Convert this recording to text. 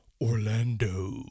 Orlando